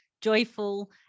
joyful